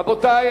רבותי,